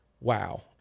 wow